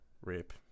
Rip